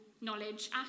knowledge